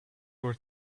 were